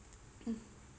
um